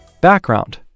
Background